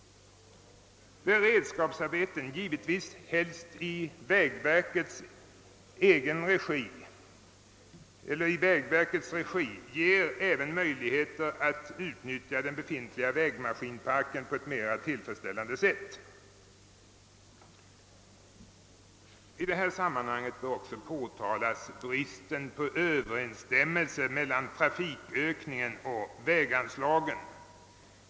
Beredskapsarbeten — givetvis helst ledda av vägverket — ger även möjligheter att utnyttja den befintliga vägmaskinparken på ett mera nöjaktigt sätt. I detta sammanhang bör också påtalas bristen på överensstämmelse mellan trafikökningen och väganslagen.